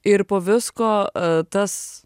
ir po visko tas